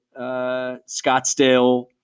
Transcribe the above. Scottsdale